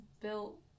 built